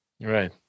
Right